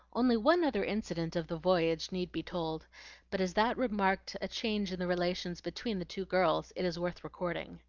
only one other incident of the voyage need be told but as that marked a change in the relations between the two girls it is worth recording.